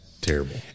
terrible